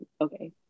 okay